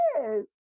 yes